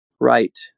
right